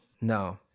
no